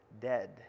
dead